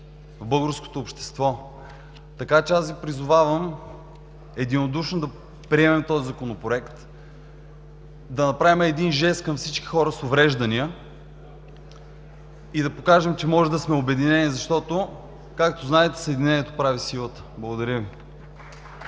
българското общество. Така че аз Ви призовавам единодушно да приемем този Законопроект, да направим един жест към всички хора с увреждания и да покажем, че може да сме обединени, защото, както знаете, „Съединението прави силата“. Благодаря Ви.